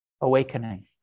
awakening